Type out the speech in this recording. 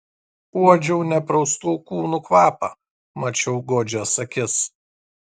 uodžiau nepraustų kūnų kvapą mačiau godžias akis